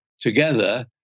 together